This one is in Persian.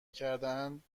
کردهاند